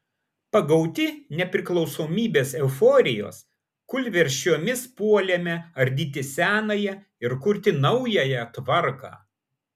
pagauti nepriklausomybės euforijos kūlvirsčiomis puolėme ardyti senąją ir kurti naująją tvarką